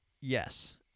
Yes